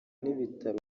n’ibitaro